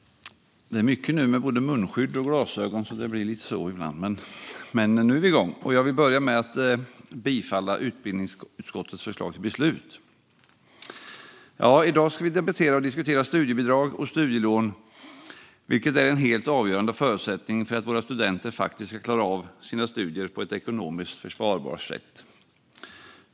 Jag vill börja med att yrka bifall till utbildningsutskottets förslag till beslut. I dag ska vi debattera och diskutera studiebidrag och studielån, vilket är en helt avgörande förutsättning för att våra studenter faktiskt ska klara av sina studier på ett ekonomiskt försvarbart sätt.